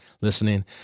listening